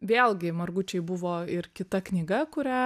vėlgi margučiai buvo ir kita knyga kurią